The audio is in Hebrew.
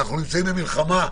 אנחנו נמצאים במלחמה,